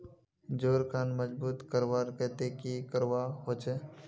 जोड़ खान मजबूत करवार केते की करवा होचए?